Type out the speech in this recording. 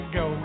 go